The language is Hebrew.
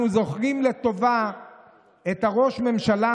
אנחנו זוכרים לטובה את ראש הממשלה